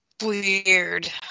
Weird